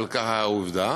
אבל כך העובדה,